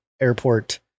airport